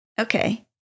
Okay